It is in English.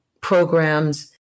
programs